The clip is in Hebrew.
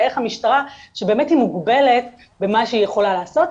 ואיך המשטרה שבאמת היא מוגבלת במה שהיא יכולה לעשות,